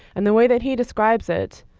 and the way that he describes it,